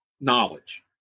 knowledge